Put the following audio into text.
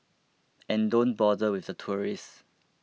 and don't bother with the tourists